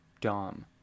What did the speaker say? Dom